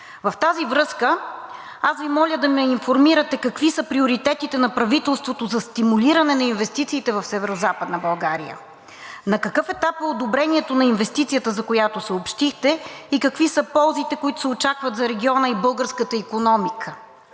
В тази връзка, моля да ме информирате какви са приоритетите на правителството за стимулиране на инвестициите в Северозападна България? На какъв етап е одобрението на инвестицията, за която съобщихте, и какви са ползите, които се очакват за региона и българската икономика?